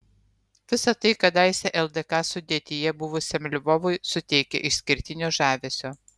visa tai kadaise ldk sudėtyje buvusiam lvovui suteikia išskirtinio žavesio